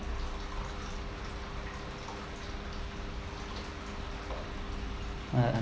ah